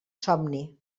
somni